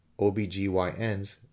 OBGYNs